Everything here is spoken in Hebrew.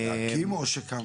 להקים או שקמה?